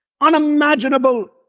unimaginable